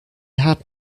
had